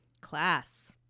class